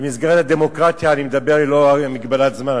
במסגרת הדמוקרטיה אני מדבר ללא הגבלת זמן,